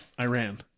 Iran